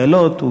חיילות,